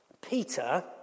Peter